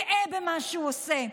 גאה במה שהוא עושה,